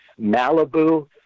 Malibu